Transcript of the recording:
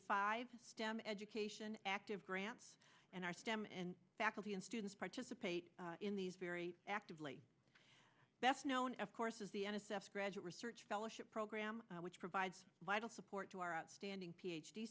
five stem education active grants and our stem and faculty and students participate in these very actively best known of course as the n s f graduate research fellowship program which provides vital support to our outstanding p